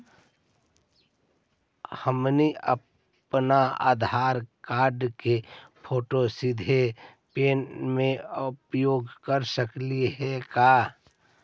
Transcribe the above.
हमनी अप्पन आधार कार्ड के फोटो सीधे ऐप में अपलोड कर सकली हे का?